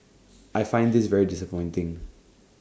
I find this very disappointing